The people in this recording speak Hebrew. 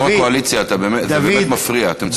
יושב-ראש הקואליציה, אתה באמת מפריע, אתם צועקים.